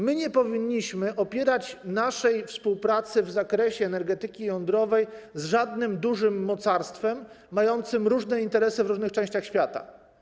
My nie powinniśmy opierać naszej współpracy w zakresie energetyki jądrowej z żadnym dużym mocarstwem mającym różne interesy w różnych częściach świata.